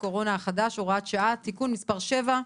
הקורונה החדש) (הוראת שעה) (תיקון מס' 7)